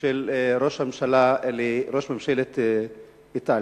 של ראש הממשלה לראש ממשלת איטליה.